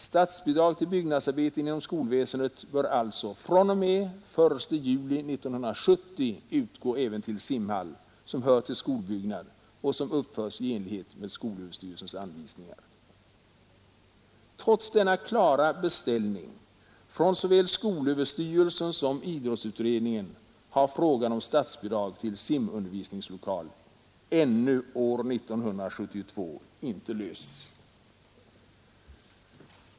Statsbidrag till byggnadsarbeten inom skolväsendet borde alltså fr.o.m. den 1 juli 1970 utgå även till simhall som hör till skolbyggnad och som uppföres i enlighet med skolöverstyrelsens anvisningar. Trots denna klara beställning från såväl skolöverstyrelsen som idrottsutredningen har frågan om statsbidrag till simundervisningslokal ännu år 1972 inte lösts.